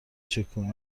چکونی